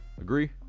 Agree